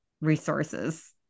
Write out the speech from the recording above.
resources